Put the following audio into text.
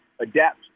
adapt